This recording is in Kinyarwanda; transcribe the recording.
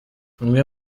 imwe